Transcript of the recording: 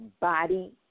body